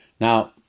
Now